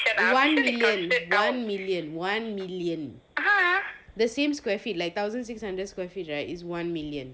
one million one million one million the same square feet like thousand six hundred square feet right is one million